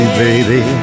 baby